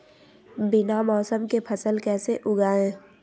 बिना मौसम के फसल कैसे उगाएं?